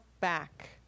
back